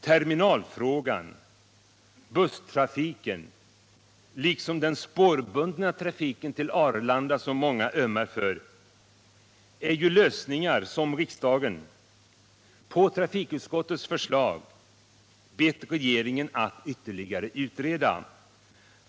Terminalfrågan, busstrafiken och den spårbundna trafiken till Arlanda, som många ömmar för, är ju lösningar som riksdagen, på trafikutskottets förslag, bett regeringen att ytterligare utreda.